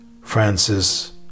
Francis